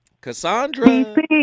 Cassandra